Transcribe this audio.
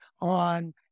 on